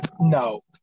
No